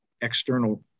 external